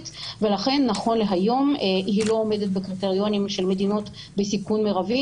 ולכן נכון להיום היא לא עומדת בקריטריונים של מדינות בסיכון מרבי,